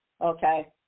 Okay